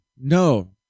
No